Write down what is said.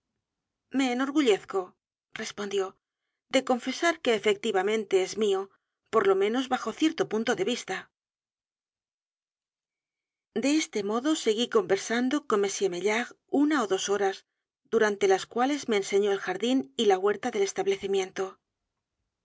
me enorgullezco respondió de confesar que efectivamente es mío por lo menos bajo cierto punto de vista de este modo seguí conversando con m maillard una ó dos horas durante las cuales me enseñó el jardín y la huerta del establecimiento